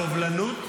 סובלנות?